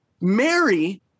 Mary